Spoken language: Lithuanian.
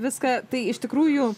viską tai iš tikrųjų